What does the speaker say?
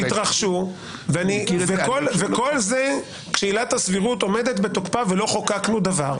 כל זה כשעילת הסבירות עומדת בתוקפה ולא חוקקנו דבר.